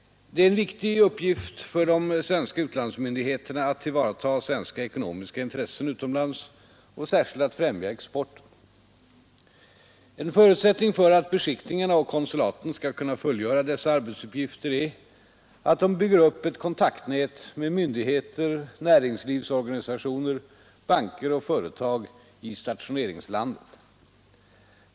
Det är en viktig uppgift för de svenska utlandsmyndigheterna att tillvarata svenska ekonomiska intressen utomlands och särskilt att främja exporten. En förutsättning för att beskickningarna och konsulaten skall kunna fullgöra dessa arbetsuppgifter är att de bygger upp ett kontaktnät med myndigheter, näringslivsorganisationer, banker och företag i stationeringslandet.